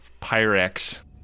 pyrex